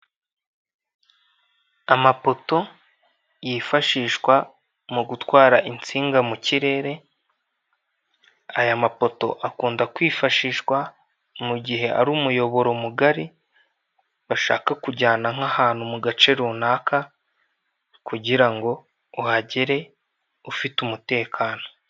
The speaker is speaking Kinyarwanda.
Amapoto yifashishwa mu gutwara insinga mu kirere, aya mapoto akunda kwifashishwa mu gihe ari umuyoboro mugari bashaka kujyana nk'ahantu mu gace runaka kugira ngo uhagere ufite umutekano.